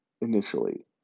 initially